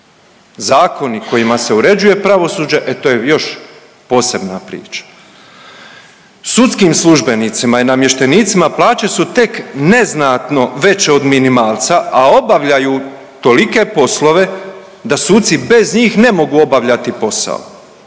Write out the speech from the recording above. Zakoni kojima se uređuje pravosuđe, e to je još posebna priča. Sudskim službenicima i namještenicima plaće su tek neznatno veće od minimalca, a obavljaju tolike poslove da suci bez njih ne mogu obavljati posao.